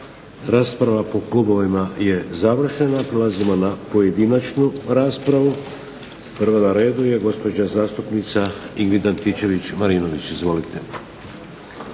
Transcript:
Rasprava po klubovima je završena. Prelazimo na pojedinačnu raspravu. Prva na redu je gospođa zastupnica Ingrid Antičević-Marinović. Izvolite.